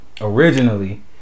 originally